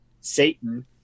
Satan